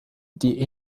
die